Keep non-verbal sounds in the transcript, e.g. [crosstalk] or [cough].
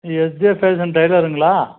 [unintelligible] டைய்லருங்களா